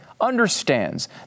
understands